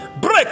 Break